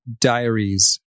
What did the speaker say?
diaries